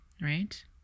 right